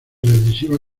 decisiva